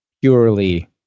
purely